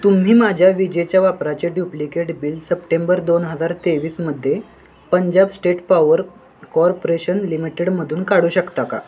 तुम्ही माझ्या विजेच्या वापराचे ड्युप्लिकेट बिल सप्टेंबर दोन हजार तेवीसमध्ये पंजाब स्टेट पॉवर कॉर्पोरेशन लिमिटेडमधून काढू शकता का